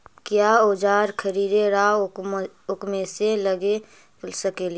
क्या ओजार खरीदने ड़ाओकमेसे लगे सकेली?